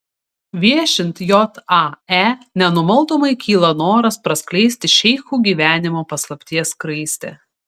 viešint jae nenumaldomai kyla noras praskleisti šeichų gyvenimo paslapties skraistę